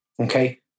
Okay